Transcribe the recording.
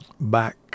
back